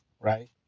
right